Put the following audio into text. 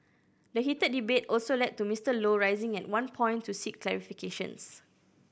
the heated debate also led to Mister Low rising at one point to seek clarifications